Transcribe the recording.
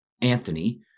Anthony